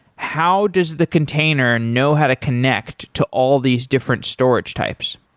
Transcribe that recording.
how does the container know how to connect to all these different storage types?